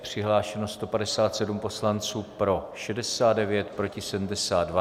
Přihlášeno 157 poslanců, pro 69, proti 72.